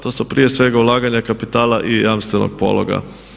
To su prije svega ulaganja kapitala i jamstvenog pologa.